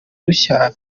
rushya